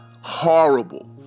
Horrible